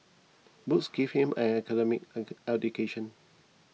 books gave him an academic education